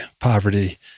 poverty